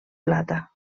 plata